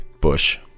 bush